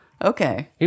Okay